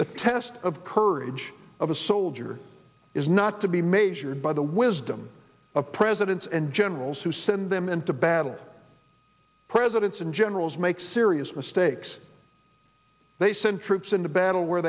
the test of courage of a soldier is not to be major by the wisdom of presidents and generals who send them into battle presidents and generals make serious mistakes they send troops into battle where